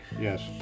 yes